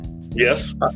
Yes